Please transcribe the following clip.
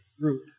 root